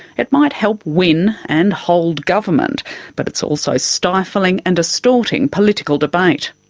it might help win and hold government, but it's also stifling and distorting political debate.